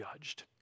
judged